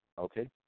Okay